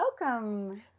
welcome